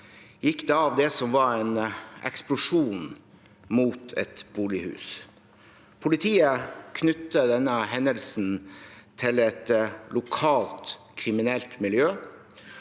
gikk det av en eksplosjon mot et bolighus. Politiet knytter denne hendelsen til et lokalt kriminelt miljø,